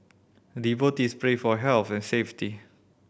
devotees pray for health and safety